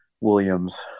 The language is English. Williams